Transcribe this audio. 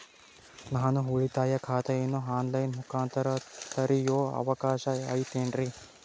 ನಾನು ಉಳಿತಾಯ ಖಾತೆಯನ್ನು ಆನ್ ಲೈನ್ ಮುಖಾಂತರ ತೆರಿಯೋ ಅವಕಾಶ ಐತೇನ್ರಿ?